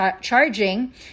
charging